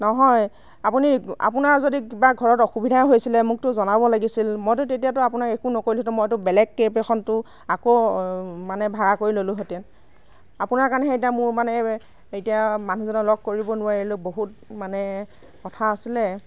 নহয় আপুনি আপোনাৰ যদি কিবা ঘৰত অসুবিধা হৈছিলে মোকতো জনাব লাগিছিল মইতো তেতিয়াটো আপোনাক একো নক'লো হেঁতেন মইতো বেলেগ কেব এখনটো আকৌ মানে ভাড়া কৰি ললোঁ হেঁতেন আপোনাৰ কাৰণেহে এতিয়া মোৰ মানে এতিয়া মানুহ জনক লগ কৰিব নোৱাৰিলোঁ বহুত মানে কথা আছিলে